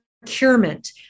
Procurement